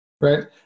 Right